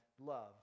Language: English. love